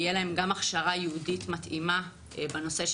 ותהיה להם גם הכשרה ייעודית מתאימה בנושא,